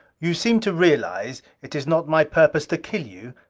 you seem to realize it is not my purpose to kill you.